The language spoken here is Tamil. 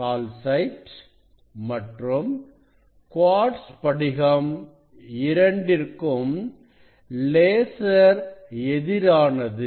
கால்சைட் மற்றும் குவார்ட்ஸ் படிகம் இரண்டிற்கும் லேசர் எதிரானது